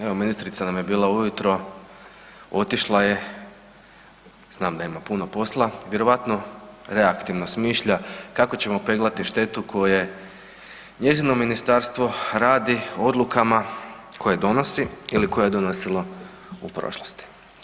Evo, ministrica nam je bila ujutro, otišla je, znam da ima puno posla, vjerojatno reaktivno smisla kako ćemo peglati štetu koje njezino ministarstvo radi odlukama koje donosila ili koje je donosila u prošlosti.